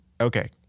Okay